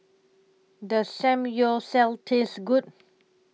Does Samgyeopsal Taste Good